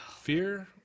Fear